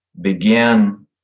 begin